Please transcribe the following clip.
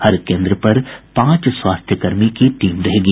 हर केन्द्र पर पांच स्वास्थ्य कर्मी की टीम रहेगी